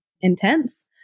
intense